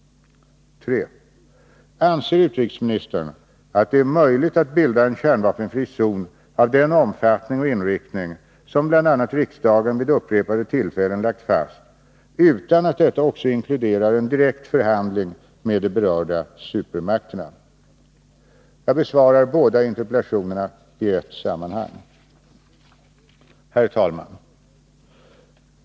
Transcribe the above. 3. Anser utrikesministern att det är möjligt att bilda en kärnvapenfrizon av den omfattning och inriktning som bl.a. riksdagen vid upprepade tillfällen lagt fast utan att detta också inkluderar en direkt förhandling med de berörda supermakterna? Jag besvarar båda interpellationerna i ett sammanhang. Herr talman!